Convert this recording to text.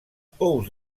pous